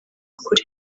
kure